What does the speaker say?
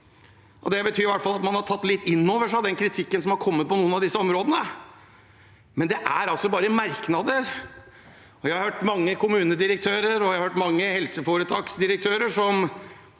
Det betyr i hvert fall at man har tatt litt inn over seg den kritikken som har kommet på noen av disse områdene, men det er altså bare merknader. Jeg har hørt mange kommunedirektører og helseforetaksdirektører som